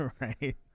right